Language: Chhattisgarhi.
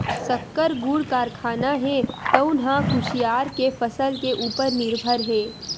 सक्कर, गुड़ कारखाना हे तउन ह कुसियार के फसल के उपर निरभर हे